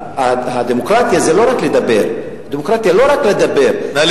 והדמוקרטיה זה לא רק לדבר, נא לסיים.